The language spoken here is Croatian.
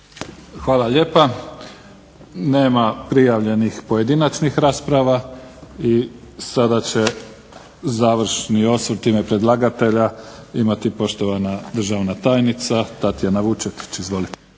Hvala lijepa. Nema prijavljenih pojedinačnih rasprava. I sada će završni osvrt u ime predlagatelja imati poštovana državna tajnica Tatjana Vučetić. Izvolite.